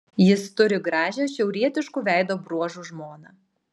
jis turi gražią šiaurietiškų veido bruožų žmoną